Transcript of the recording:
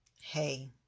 hey